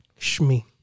Shmi